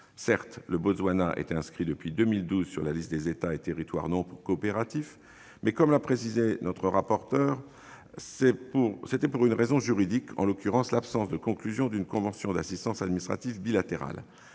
Certes, le Botswana était inscrit depuis 2012 sur la liste des États et territoires non coopératifs, mais, comme l'a précisé notre rapporteur, c'était pour une raison juridique, en l'occurrence l'absence de conclusion d'une convention d'assistance administrative bilatérale.